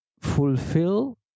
fulfill